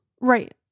Right